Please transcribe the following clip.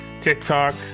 TikTok